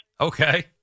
Okay